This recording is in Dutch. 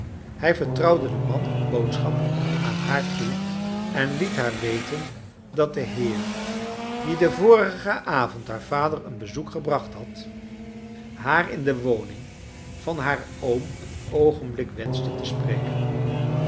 hij vertrouwde den man een boodschap aan haar toe en liet haar weten dat de heer die den vorigen avond haar vader eon bczoek gebracht had haar charles imckens kleine dorrit in de woning van haar oom een oogenblik wenschte te spreken